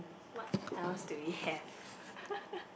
what else do we have